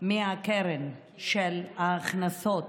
מההכנסות